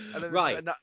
Right